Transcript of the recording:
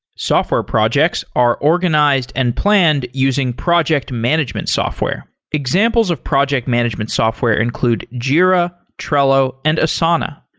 software projects are organized and planned using project management software. examples of project management software include jira, trello and asana.